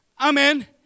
Amen